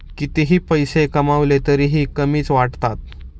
कितीही पैसे कमावले तरीही कमीच वाटतात